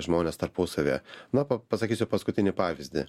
žmones tarpusavyje na pa pasakysiu paskutinį pavyzdį